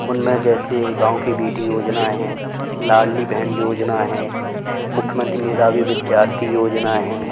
उन में जैसे गाँव की बेटी योजना है लाड़ली बहन योजना है मुख्यमंत्री मेधावी विद्यार्थी योजना है